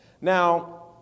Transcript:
Now